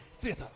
thither